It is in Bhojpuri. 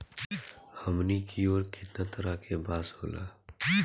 हमनी कियोर कितना तरह के बांस होला